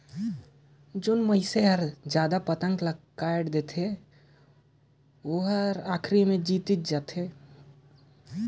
जेहर जादा पतंग ल काटथे तेहर जीत जाथे